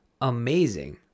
amazing